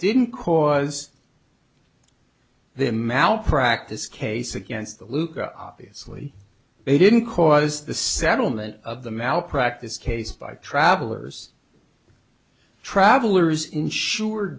didn't cause the malpractise case against the luka obviously they didn't cause the settlement of the malpractise case by travelers travelers insured